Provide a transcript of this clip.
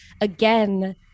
again